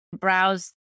browse